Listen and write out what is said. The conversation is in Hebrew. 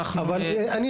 ואליד אלהואשלה (רע"מ,